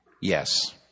Yes